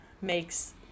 makes